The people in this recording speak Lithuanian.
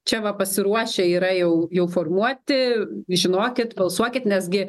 čia va pasiruošę yra jau jau formuoti žinokit balsuokit nes gi